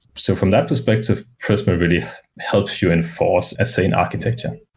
so from that perspective, prisma really helps you enforce a sane architecture.